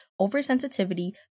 oversensitivity